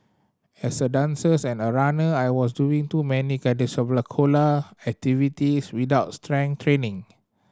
as a dancers and a runner I was doing too many cardiovascular activities without strength training